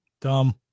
Dumb